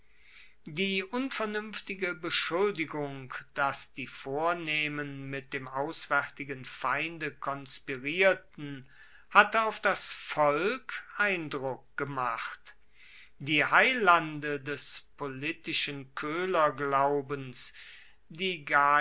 die unvernuenftige beschuldigung dass die vornehmen mit dem auswaertigen feinde konspirierten hatte auf das volk eindruck gemacht die heilande des politischen koehlerglaubens die